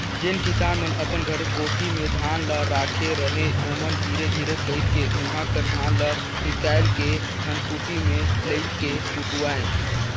जेन किसान मन अपन घरे कोठी में धान ल राखे रहें ओमन धीरे धीरे कइरके उहां कर धान ल हिंकाएल के धनकुट्टी में लेइज के कुटवाएं